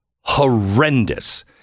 horrendous